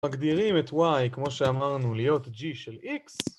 מגדירים את y כמו שאמרנו להיות g של x